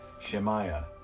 Shemaiah